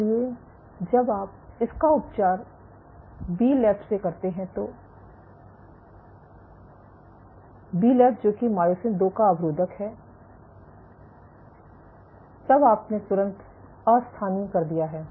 इसलिए जब आप इसका उपचार बीलेब से करते हैं जो कि मायोसिन 2 का अवरोधक है तब आपने तुरंत अस्थानीय कर दिया है